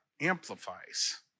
amplifies